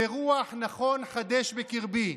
"ורוח נכון חדש בקרבי".